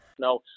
No